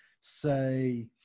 say